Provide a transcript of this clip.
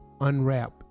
unwrap